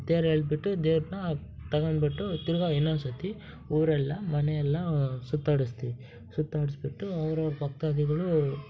ತೇರು ಎಳೆದ್ಬಿಟ್ಟು ದೇವ್ರನ್ನ ತಗೊಂಡ್ಬಿಟ್ಟು ತಿರ್ಗಿ ಇನ್ನೊಂದು ಸರ್ತಿ ಊರೆಲ್ಲ ಮನೆಯೆಲ್ಲ ಸುತ್ತಾಡಿಸ್ತೀವಿ ಸುತ್ತಾಡಿಸ್ಬಿಟ್ಟು ಅವ್ರವ್ರ ಭಕ್ತಾದಿಗಳು